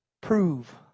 prove